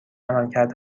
عملکرد